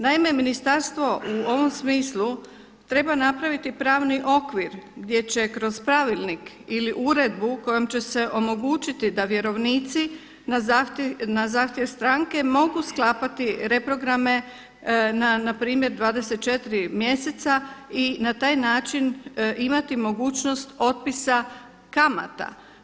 Naime, ministarstvo u ovom smislu treba napraviti pravni okvir gdje će kroz pravilnik ili uredbu kojom će se omogućiti da vjerovnici na zahtjev stranke mogu sklapati reprograme na npr. 24 mjeseca i na taj način imati mogućnost otpisa kamata.